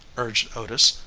urged otis.